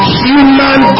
human